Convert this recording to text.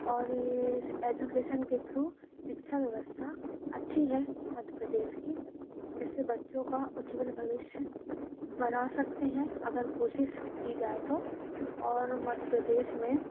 और एजुकेशन के थ्रू शिक्षा व्यवस्था अच्छी है मध्य प्रदेश की जिससे बच्चों का उज्जवल भविष्य बना सकते हैं अगर कोशिश की जाए तो और मध्य प्रदेश में